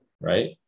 right